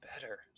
better